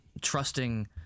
trusting